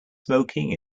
smoking